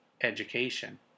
education